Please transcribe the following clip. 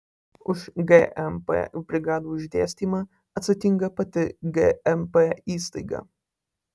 už gmp brigadų išdėstymą atsakinga pati gmp įstaiga